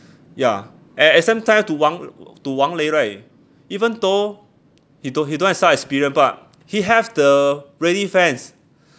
ya and at same time to wang to wang lei right even though he don't he don't have sell experience but he have the ready fans